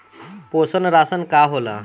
पोषण राशन का होला?